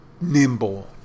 nimble